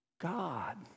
God